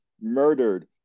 murdered